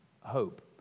Hope